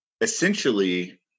essentially